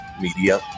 Media